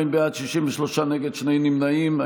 52 בעד, 63 נגד, שני נמנעים.